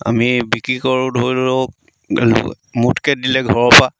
আমি বিক্ৰী কৰোঁ ধৰি লওক মুঠকৈ দিলে ঘৰৰপৰা